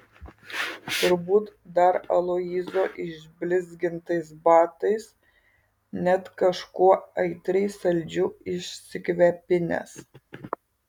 turbūt dar aloyzo išblizgintais batais net kažkuo aitriai saldžiu išsikvepinęs